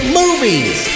movies